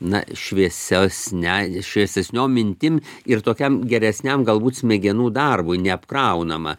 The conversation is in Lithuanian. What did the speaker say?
na šviesesne šviesesniom mintim ir tokiam geresniam galbūt smegenų darbui neapkraunama